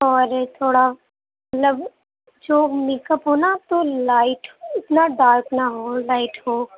اور تھوڑا مطلب جو میک اپ ہو نا تو لائٹ اتنا ڈارک نہ ہو لائٹ ہو